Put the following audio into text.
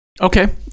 okay